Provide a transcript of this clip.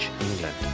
England